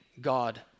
God